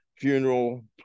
funeral